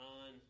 on